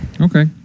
Okay